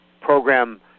program